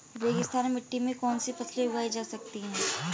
रेगिस्तानी मिट्टी में कौनसी फसलें उगाई जा सकती हैं?